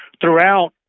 throughout